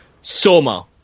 Soma